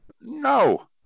no